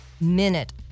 minute